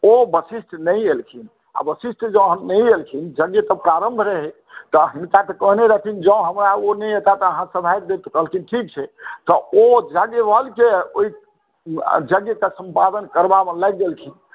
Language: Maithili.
ओ वशिष्ठ नहि एलखिन वशिष्ठ जॅं नहि एलखिन यज्ञ तऽ प्रारम्भ रहै तऽ हिनका तऽ कहने रहथिन जॅं हमरा ओ नहि एताह तऽ अहाँ सम्हारि देब तऽ कहलखिन ठीक छै तऽ ओ याज्ञवल्क्य ओहि यज्ञके सम्पादन करबामे लागि गेलखिन